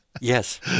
Yes